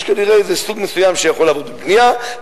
יש כנראה איזה סוג מסוים שיכול לעבוד בבנייה,